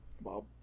Bob